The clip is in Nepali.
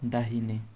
दाहिने